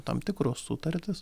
tam tikros sutartys